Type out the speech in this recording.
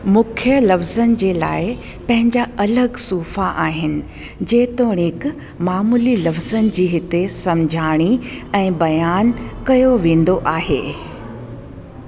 मुख्य लफ़्ज़नि जे लाइ पंहिंजा अलॻि सुफ़ा आहिनि जेतोणीक मामूली लफ़्ज़नि जी हिते समुझाणी ऐं बयानु कयो वेंदो आहे